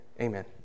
Amen